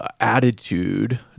attitude